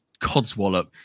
codswallop